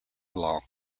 long